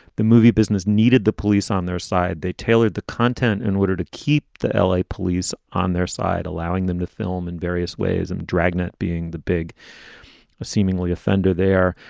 the movie business needed the police on their side. they tailored the content in order to keep the l a. police on their side, allowing them to film in various ways. and dragnet being the big seemingly offender there.